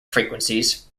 frequencies